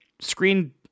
screen